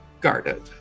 guarded